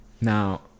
Now